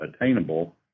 attainable